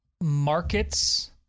markets